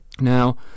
Now